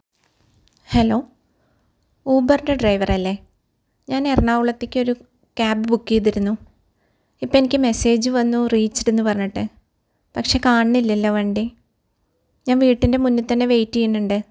hello ഊമ്പറിൻ്റെ ഡ്രൈവറല്ലെ ഞാൻ എറണാകുളത്തേക്കൊരു ക്യാബ് ബുക്ക് ചെയ്തിരുന്നു ഇപ്പം എനിക്ക് മെസ്സേജ് വന്നു റീച്ച്ഡ് എന്ന് പറഞ്ഞിട്ട് പക്ഷേ കാണുന്നില്ലല്ലൊ വണ്ടി ഞാൻ വീട്ടിൻ്റെ മുന്നിൽ തന്നെ വെയ്റ്റ് ചെയ്യുന്നുണ്ട്